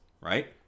right